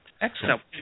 excellent